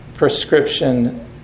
prescription